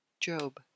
Job